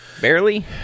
Barely